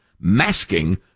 masking